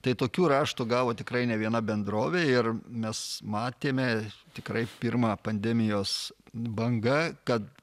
tai tokių raštų gavo tikrai ne viena bendrovė ir mes matėme tikrai pirmą pandemijos banga kad